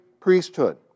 priesthood